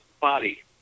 body